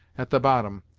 at the bottom,